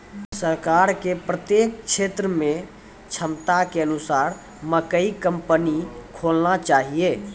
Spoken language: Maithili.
सरकार के प्रत्येक क्षेत्र मे क्षमता के अनुसार मकई कंपनी खोलना चाहिए?